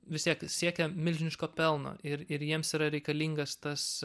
vis tiek siekia milžiniško pelno ir ir jiems yra reikalingas tas